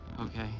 okay